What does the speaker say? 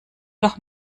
doch